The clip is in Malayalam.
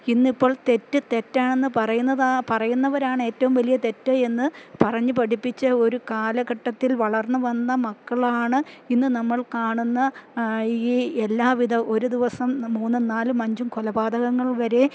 ഇന്നിപ്പോൾ തെറ്റ് തെറ്റാണെന്ന് പറയുന്നതാ പറയുന്നവരാണ് ഏറ്റവും വലിയ തെറ്റ് എന്ന് പറഞ്ഞു പഠിപ്പിച്ച ഒരു കാലഘട്ടത്തിൽ വളർന്ന് വന്ന മക്കളാണ് ഇന്ന് നമ്മൾ കാണുന്ന ഈ എല്ലാ വിധം ഒരു ദിവസം മൂന്നും നാലും അഞ്ചും കൊലപാതകങ്ങൾ വരെ